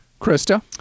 krista